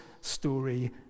story